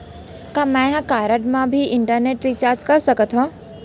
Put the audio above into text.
का मैं ह कारड मा भी इंटरनेट रिचार्ज कर सकथो